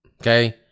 Okay